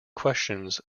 questions